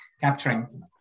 capturing